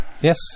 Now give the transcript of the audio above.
Yes